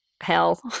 hell